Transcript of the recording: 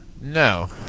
No